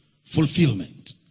fulfillment